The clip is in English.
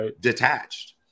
detached